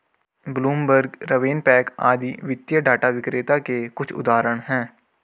Bloomberg, RavenPack आदि वित्तीय data विक्रेता के कुछ उदाहरण हैं